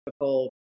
difficult